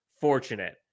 fortunate